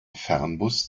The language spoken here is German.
fernbus